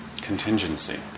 contingency